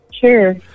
Sure